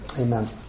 Amen